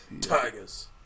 Tigers